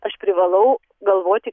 aš privalau galvoti